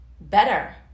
better